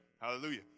Hallelujah